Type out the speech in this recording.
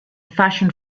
fashion